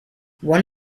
one